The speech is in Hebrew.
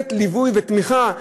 ולתת ליווי ותמיכה.